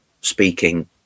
speaking